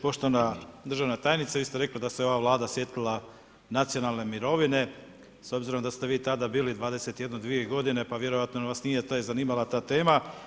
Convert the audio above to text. Poštovana državna tajnice, vi ste rekli da se ova Vlada sjetila nacionalne mirovine, s obzirom da ste vi tada bili 21, 22 godine pa vjerojatno vas nije zanimala ta tema.